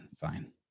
fine